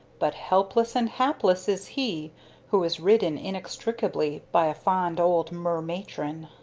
but helpless and hapless is he who is ridden, inextricably, by a fond old mer-matron.